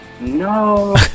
No